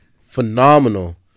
phenomenal